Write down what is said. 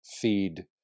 feed